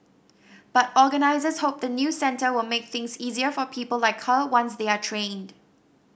but organisers hope the new centre will make things easier for people like her once they are trained